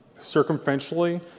circumferentially